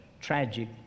tragic